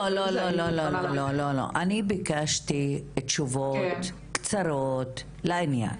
לא, לא, אני ביקשתי תשובות קצרות ולעניין.